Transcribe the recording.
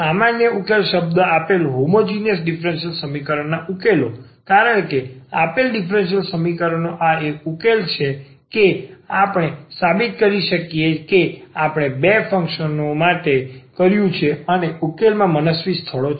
સામાન્ય ઉકેલ શબ્દ આપેલ હોમોજીનીયસ ડીફરન્સીયલ સમીકરણનો સામાન્ય ઉકેલો કારણ કે આપેલ ડીફરન્સીયલ સમીકરણનો આ એક ઉકેલો છે કે આપણે સાબિત કરી શકીએ કે આપણે બે ફંક્શન ો માટે કર્યું છે અને આ ઉકેલમાં મનસ્વી સ્થળો છે